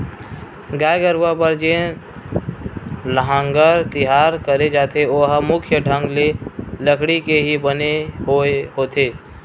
गाय गरुवा बर जेन लांहगर तियार करे जाथे ओहा मुख्य ढंग ले लकड़ी के ही बने होय होथे